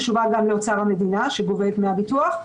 חשובה גם לאוצר המדינה שגובה את דמי הביטוח,